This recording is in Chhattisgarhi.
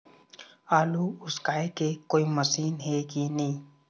आलू उसकाय के कोई मशीन हे कि नी?